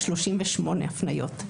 38 הפניות.